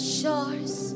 shores